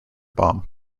bomb